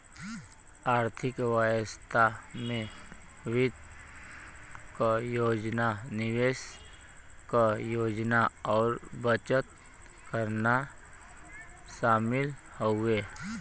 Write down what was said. आर्थिक व्यवस्था में वित्त क योजना निवेश क योजना और बचत करना शामिल हउवे